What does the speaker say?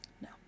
No